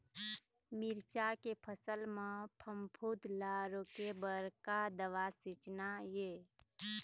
मिरचा के फसल म फफूंद ला रोके बर का दवा सींचना ये?